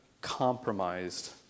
Compromised